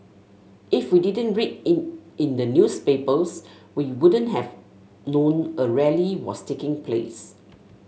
if we didn't read in in the newspapers we wouldn't have known a rally was taking place